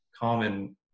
common